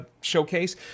showcase